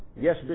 yes